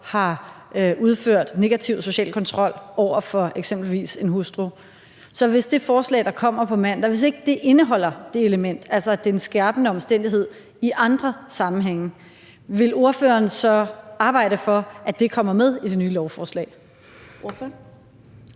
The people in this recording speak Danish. har udført negativ social kontrol over for eksempelvis en hustru. Så hvis det lovforslag, der kommer fra regeringen på mandag, ikke indeholder det element, altså at det er en skærpende omstændighed i andre sammenhænge, vil ordføreren så arbejde for, at det kommer med i det nye lovforslag?